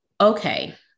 okay